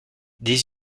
dix